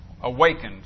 awakened